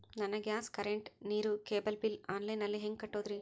ನನ್ನ gas, current, ನೇರು, cable bill online ನಲ್ಲಿ ಹೆಂಗ್ ಕಟ್ಟೋದ್ರಿ?